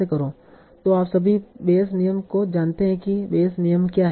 तो आप सभी बेयस नियम को जानते हैं की बेयस नियम क्या है